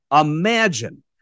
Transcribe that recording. imagine